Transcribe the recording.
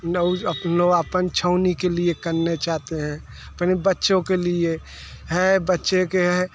लोग अपन अपन छाँव के लिए करना चाहते हैं अपने बच्चों के लिए हैं बच्चों के हैं